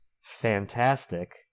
fantastic